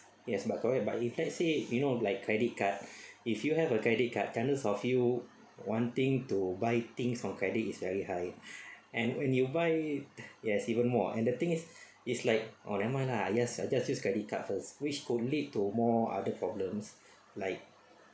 yes but don't have but if let's say you know like credit card if you have a credit card chances of you wanting to buy things from credit is very high and when you buy yes even more and the thing is is like oh never mind lah I just I just use credit card first which could lead to to more other problems like